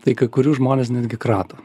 tai kai kurių žmonės netgi krato